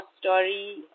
story